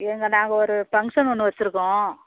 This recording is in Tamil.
இங்கே நாங்கள் ஒரு ஃபங்க்ஷன் ஒன்று வச்சுருக்கோம்